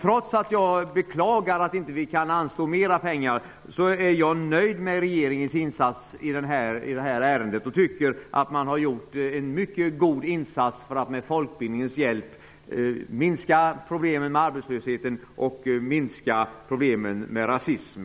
Trots att jag måste beklaga att vi inte kan anslå mer pengar är jag nöjd med regeringens insats i det här ärendet och tycker att man har gjort en mycket god insats för att med folkbildningens hjälp minska problemen med arbetslöshet och rasism.